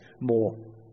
more